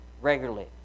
Regularly